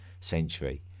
century